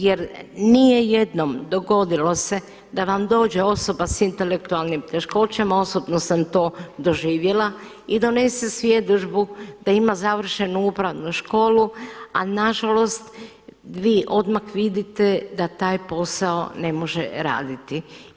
Jer nije jednom dogodilo se da vam dođe osoba sa intelektualnim teškoćama, osobno sam to doživjela i donese svjedodžbu da ima završenu upravnu školu a nažalost vi odmah vidite da taj posao ne može raditi.